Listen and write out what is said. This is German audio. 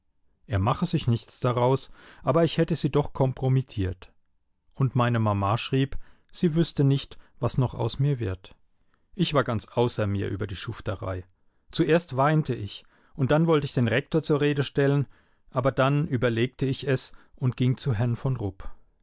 er mache sich nichts daraus aber ich hätte sie doch kompromittiert und meine mama schrieb sie wüßte nicht was noch aus mir wird ich war ganz außer mir über die schufterei zuerst weinte ich und dann wollte ich den rektor zur rede stellen aber dann überlegte ich es und ging zu herrn von rupp